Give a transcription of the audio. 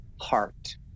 heart